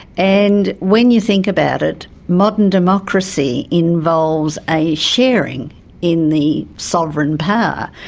and when you think about it, modern democracy involves a sharing in the sovereign power.